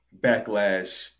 backlash